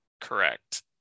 correct